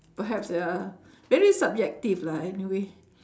perhaps ya very subjective lah anyway